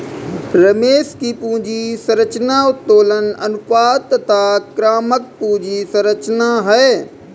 रमेश की पूंजी संरचना उत्तोलन अनुपात तथा आक्रामक पूंजी संरचना है